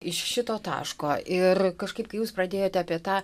iš šito taško ir kažkaip kai jūs pradėjote apie tą